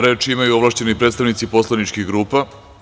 Reč imaju ovlašćeni predstavnici poslaničkih grupa.